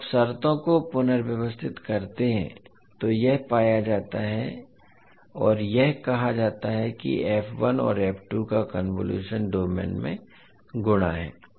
जब आप शर्तों को पुनर्व्यवस्थित करते हैं तो यह पाया जाता है और यह कहा जाता है कि f1 और f2 का कन्वोलुशनेंस डोमेन में गुणा है